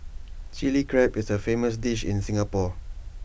Chilli Crab is A famous dish in Singapore